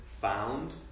found